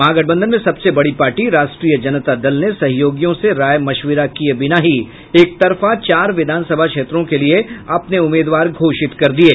महागठबंधन में सबसे बड़ी पार्टी राष्ट्रीय जनता दल ने सहयोगियों से राय मशविरा किये बिना ही एकतरफा चार विधानसभा क्षेत्रों के लिये अपने उम्मीदवार घोषित कर दिये